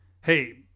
Hey